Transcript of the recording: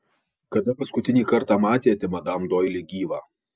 kada paskutinį kartą matėte madam doili gyvą